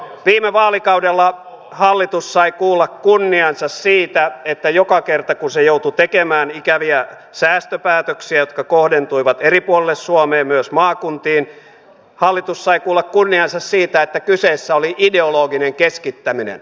viime vaalikaudella hallitus sai kuulla kunniansa siitä että joka kerta kun hallitus joutui tekemään ikäviä säästöpäätöksiä jotka kohdentuivat eri puolille suomea myös maakuntiin hallitus sai kuulla kunniansa siitä että kyseessä oli ide ologinen keskittäminen